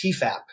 TFAP